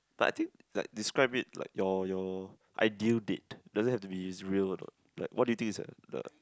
but I think like describe it like your your ideal date doesn't have to be it's real or not like what do you think is the